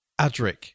Adric